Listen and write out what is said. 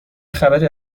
خبری